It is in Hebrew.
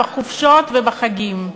בחופשות ובחגים.